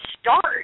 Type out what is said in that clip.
start